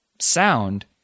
sound